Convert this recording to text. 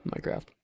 Minecraft